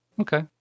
Okay